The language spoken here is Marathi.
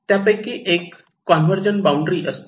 त्यापैकी एक कॉन्वेर्गेंत बाउंड्री असते